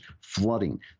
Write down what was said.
flooding